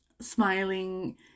smiling